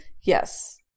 Yes